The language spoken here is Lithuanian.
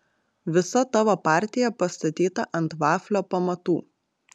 visa tavo partija pastatyta ant vaflio pamatų